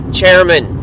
chairman